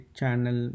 channel